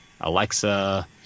Alexa